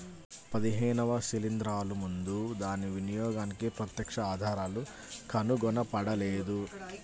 పదిహేనవ శిలీంద్రాలు ముందు దాని వినియోగానికి ప్రత్యక్ష ఆధారాలు కనుగొనబడలేదు